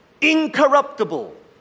incorruptible